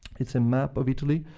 it's a map of italy